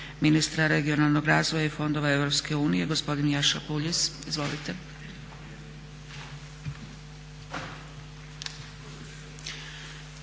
ministra regionalnog razvoja i fondova Europske unije gospodina Jakša Puljiz. Izvolite.